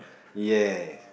yes